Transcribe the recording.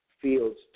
fields